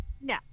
No